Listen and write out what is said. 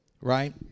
right